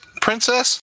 princess